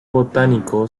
botánico